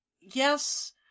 Yes